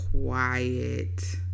quiet